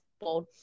bold